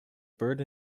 bird